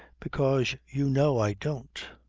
because you know i don't.